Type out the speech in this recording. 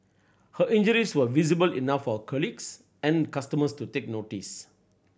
her injuries were visible enough for her colleagues and customers to take notice